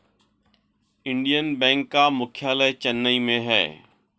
Indian bank का मुख्यालय चेन्नई में है